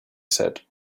said